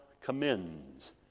commends